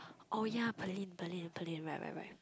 oh ya Pearlyn Pearlyn Pearlyn right right right